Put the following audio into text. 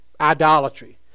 idolatry